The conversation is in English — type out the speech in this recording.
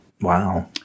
Wow